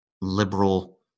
liberal